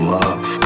love